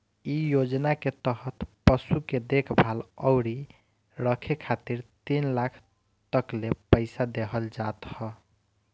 इ योजना के तहत पशु के देखभाल अउरी रखे खातिर तीन लाख तकले पईसा देहल जात ह